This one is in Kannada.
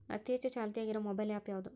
ಅತಿ ಹೆಚ್ಚ ಚಾಲ್ತಿಯಾಗ ಇರು ಮೊಬೈಲ್ ಆ್ಯಪ್ ಯಾವುದು?